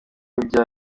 bya